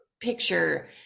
picture